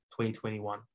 2021